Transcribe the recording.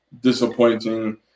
disappointing